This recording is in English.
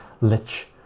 lich